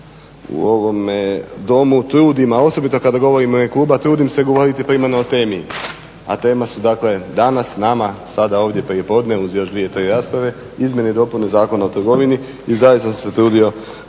u ovome Domu trudim, a osobito kada govorim u ime kluba, trudim se govoriti primarno o temi, a tema su dakle danas nama, sada ovdje prijepodne uz još dvije te rasprave, izmjene i dopune Zakona o trgovini i zaista sam se trudio